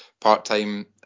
part-time